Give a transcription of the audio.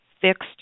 fixed